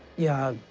yeah.